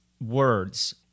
words